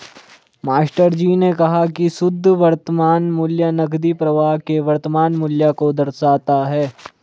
मास्टरजी ने कहा की शुद्ध वर्तमान मूल्य नकदी प्रवाह के वर्तमान मूल्य को दर्शाता है